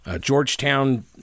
Georgetown